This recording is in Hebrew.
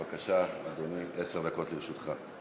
בבקשה, אדוני, עשר דקות לרשותך.